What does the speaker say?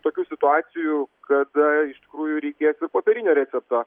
tokių situacijų kada iš tikrųjų reikės ir popierinio recepto